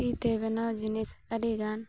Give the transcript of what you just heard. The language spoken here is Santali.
ᱛᱤ ᱛᱮ ᱵᱮᱱᱟᱣ ᱡᱤᱱᱤᱥ ᱟᱹᱰᱤ ᱜᱟᱱ